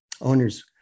owners